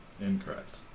incorrect